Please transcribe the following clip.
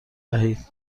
دهید